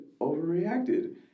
overreacted